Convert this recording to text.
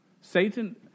Satan